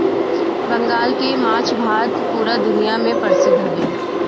बंगाल के माछ भात पूरा दुनिया में परसिद्ध हवे